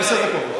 עשר דקות.